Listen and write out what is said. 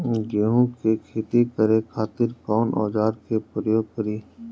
गेहूं के खेती करे खातिर कवन औजार के प्रयोग करी?